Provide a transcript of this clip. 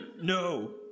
no